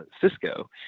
Cisco